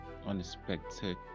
unexpected